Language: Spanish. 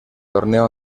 torneo